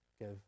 give